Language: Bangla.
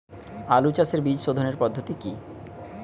আলু চাষের বীজ সোধনের পদ্ধতি কি?